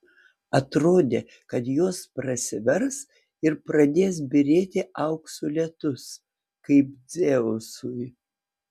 atrodė kad jos prasivers ir pradės byrėti aukso lietus kaip dzeusui